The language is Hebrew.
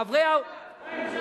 מה עם ש"ס?